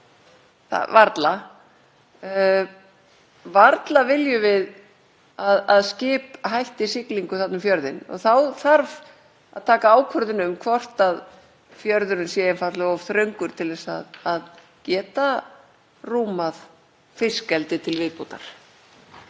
varla. Og varla viljum við að skip hætti siglingum um fjörðinn. Þá þarf að taka ákvörðun um hvort að fjörðurinn sé einfaldlega of þröngur til þess að geta rúmað fiskeldi til viðbótar.